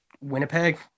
Winnipeg